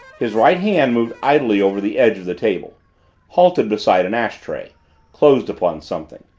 his right hand moved idly over the edge of the table halted beside an ash tray closed upon something.